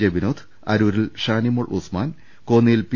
J Vinod അരൂരിൽ ഷാനിമോൾ ഉസ്മാൻ കോന്നിയിൽ P